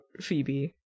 Phoebe